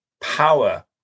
power